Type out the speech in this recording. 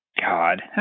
God